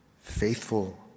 faithful